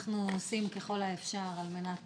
אנחנו עושים ככל האפשר על מנת